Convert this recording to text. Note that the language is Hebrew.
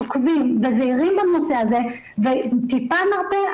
עוקבים וזהירים בנושא הזה וטיפה נרפה,